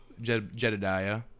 Jedediah